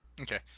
Okay